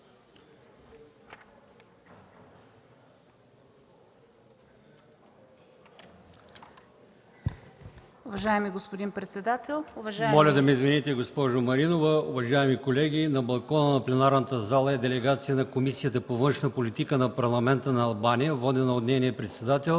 Моля да ме извините, госпожо Маринова. Уважаеми колеги, на балкона на пленарната зала е делегация на Комисията по външна политика на Парламента на Албания, водена от нейния председател